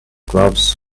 gloves